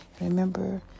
remember